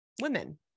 women